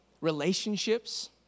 relationships